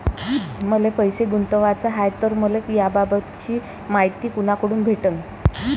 मले पैसा गुंतवाचा हाय तर मले याबाबतीची मायती कुनाकडून भेटन?